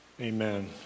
Amen